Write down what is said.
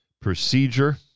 procedure